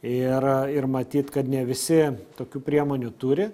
ir ir matyt kad ne visi tokių priemonių turi